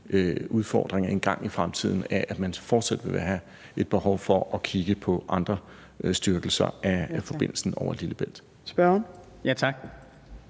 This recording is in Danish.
udfordring engang i fremtiden, så man vil fortsat have et behov for at kigge på andre styrkelser af forbindelsen over Lillebælt.